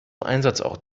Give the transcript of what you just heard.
einsatzort